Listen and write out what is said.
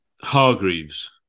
Hargreaves